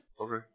Okay